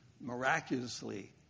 miraculously